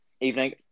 Evening